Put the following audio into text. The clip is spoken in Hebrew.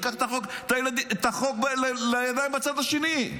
ייקח את החוק לידיים בצד השני.